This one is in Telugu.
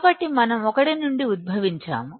కాబట్టిమనం 1 నుండి ఉద్భవించాము